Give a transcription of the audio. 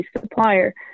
supplier